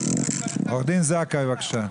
עו"ד זכאי, בבקשה.